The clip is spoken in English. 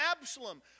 Absalom